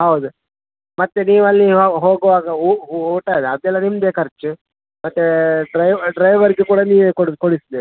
ಹೌದು ಮತ್ತು ನೀವಲ್ಲಿ ಹೋಗುವಾಗ ಊಟದ ಅದೆಲ್ಲ ನಿಮ್ಮದೇ ಖರ್ಚು ಮತ್ತು ಡ್ರೈವ ಡ್ರೈವರ್ದು ಕೂಡ ನೀವೇ ಕೊಡಿ ಕೊಡಿಸಬೇಕು